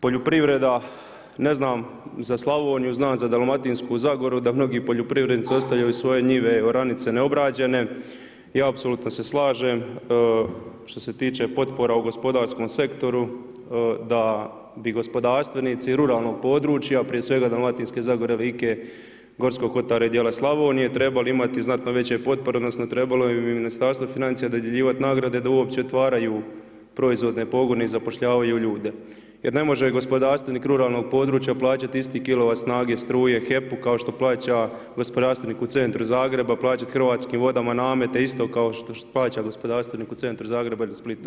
Poljoprivreda, ne znam za Slavoniju, znam za Dalmatinsku zagoru da mnogi poljoprivrednici ostavljaju svoje njive i oranice neobrađene i apsolutno se slažem što se tiče potpora u gospodarskom sektoru da bi gospodarstvenici ruralnog područja, prije svega Dalmatinske zagore, Like, Gorskog Kotara i dijela Slavonije trebali imati znatno veće potpore, odnosno trebalo bi im Ministarstvo financija dodjeljivat nagrade da uopće otvaraju proizvodne pogone i zapošljavaju ljude jer ne može gospodarstvenik ruralnog područja plaćati isti kilovat snage struje HEP-u kao što plaća gospodarstvenik u centru Zagreba, plaćat Hrvatskim vodama namete isto kao što plaća gospodarstvenik u centru Zagreba ili Splita.